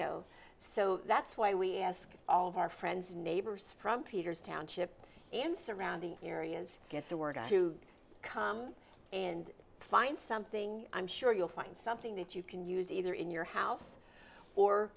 know so that's why we ask all of our friends and neighbors from peters township and surrounding areas get the word out to come and find something i'm sure you'll find something that you can use either in your house or